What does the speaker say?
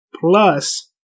plus